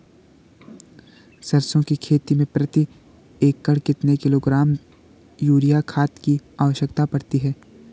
सरसों की खेती में प्रति एकड़ कितने किलोग्राम यूरिया खाद की आवश्यकता पड़ती है?